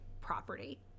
property